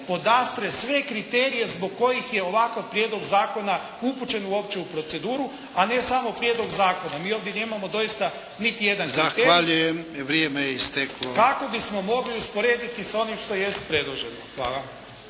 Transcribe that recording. podastre sve kriterije zbog kojih je ovakav prijedlog zakona upućen uopće u proceduru, a ne samo prijedlog zakona. Mi nemamo ovdje doista niti jedan kriterij kako bismo mogli usporediti s onim što jest predloženo. Hvala.